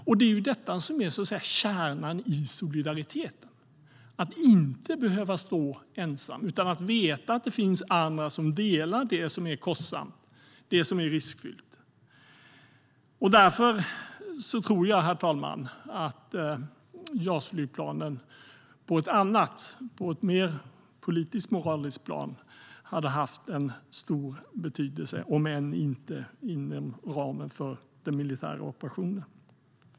Och det är detta som är kärnan i solidariteten - att inte behöva stå ensam, utan veta att det finns andra som delar det som är kostsamt och riskfyllt. Därför tror jag, herr talman, att JAS-flygplanen hade haft stor betydelse på ett annat plan, på ett mer politiskt och moraliskt plan, om än inte inom ramen för den militära operationen.